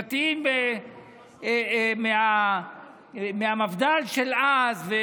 דתיים מהמפד"ל של אז.